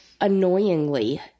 annoyingly